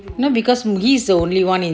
you know because he's the only one in